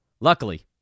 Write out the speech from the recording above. Luckily